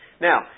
Now